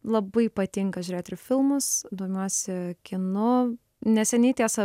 labai patinka žiūrėt ir filmus domiuosi kinu neseniai tiesa